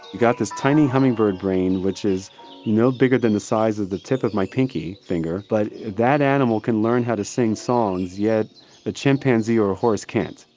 got this tiny hummingbird brain which is no bigger than the size of the tip of my pinkie finger, but that animal can learn how to sing songs yet a chimpanzee or a horse can't.